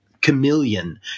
chameleon